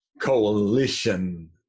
coalition